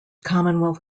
commonwealth